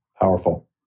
Powerful